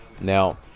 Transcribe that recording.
Now